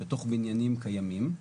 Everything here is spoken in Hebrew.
בתוך בניינים קיימים.